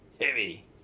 heavy